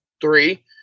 three